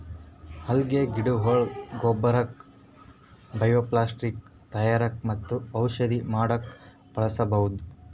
ಅಲ್ಗೆ ಗಿಡಗೊಳ್ನ ಗೊಬ್ಬರಕ್ಕ್ ಬಯೊಪ್ಲಾಸ್ಟಿಕ್ ತಯಾರಕ್ಕ್ ಮತ್ತ್ ಔಷಧಿ ಮಾಡಕ್ಕ್ ಬಳಸ್ಬಹುದ್